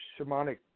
shamanic